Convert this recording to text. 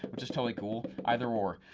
which is totally cool, either or.